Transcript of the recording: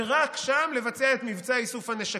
ורק שם לבצע את מבצע איסוף הנשקים.